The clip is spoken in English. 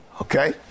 Okay